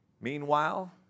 Meanwhile